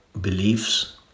beliefs